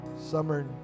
Summer